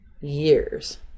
years